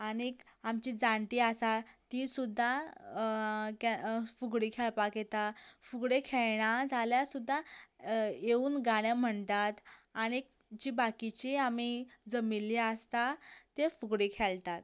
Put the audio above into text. आनीक आमची जाणटी आसा तीं सुद्दा फुगडी खेळपाक येता फुगडी खेळना जाल्यार सुद्दां येवून गाणें म्हणटात आनीक जीं बाकीचीं आमी जमिल्लीं आसता तीं फुगडी खेळटात